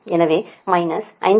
எனவே மைனஸ் 5